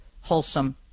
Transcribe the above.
wholesome